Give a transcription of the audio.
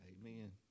Amen